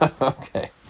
Okay